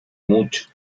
mucho